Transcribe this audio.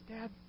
Dad